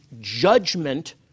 judgment